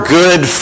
good